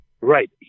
Right